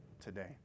today